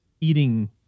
eating